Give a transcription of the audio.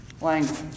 language